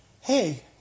Hey